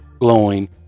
glowing